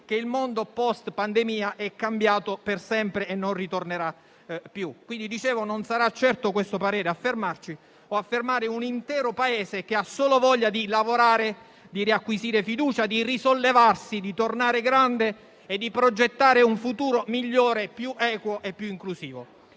che il mondo postpandemia è cambiato per sempre e non ritornerà più lo stesso. Non sarà certo questo parere a fermarci o a fermare un intero Paese, che ha solo voglia di lavorare, di riacquisire fiducia, di risollevarsi, di tornare grande e di progettare un futuro migliore, più equo e più inclusivo.